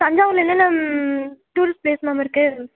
தஞ்சாவூரில் என்னென்ன tourist place மேம் இருக்குது